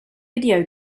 video